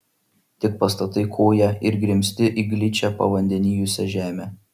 tik pastatai koją ir grimzti į gličią pavandenijusią žemę